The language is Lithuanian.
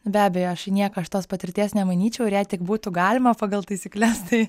be abejo aš į nieką šitos patirties nemainyčiau ir jei tik būtų galima pagal taisykles tai